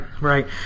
right